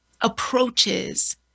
approaches